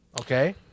okay